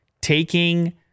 taking